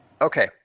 Okay